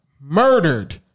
murdered